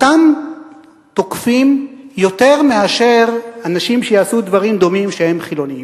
אותם תוקפים יותר מאשר אנשים שיעשו דברים דומים שהם חילונים.